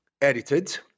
edited